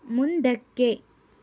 ಮುಂದಕ್ಕೆ